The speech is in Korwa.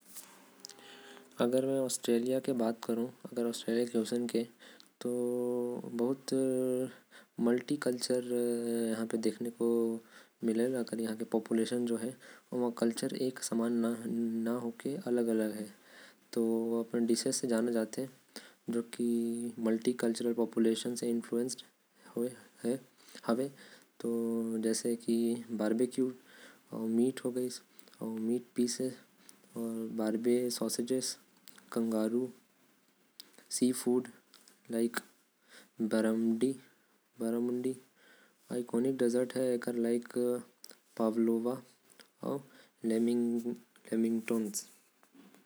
ऑस्ट्रेलिया के अगर बात करब। तो यहा एक से ज्यादा सभय्ता मिलथे। यहा पे लोग मन भी इधर उधर से आके बस गइन हवे। ऑस्ट्रेलिया के अगर पूछिया तो वहा के पाक शैली। में मटन समुद्री खाना अउ कंगारू आथे।